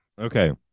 Okay